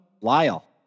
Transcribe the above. Lyle